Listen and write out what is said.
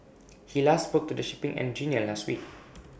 he last spoke to the shipping engineer last week